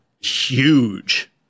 huge